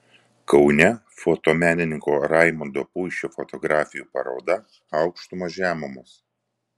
kaune fotomenininko raimondo puišio fotografijų paroda aukštumos žemumos